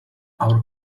our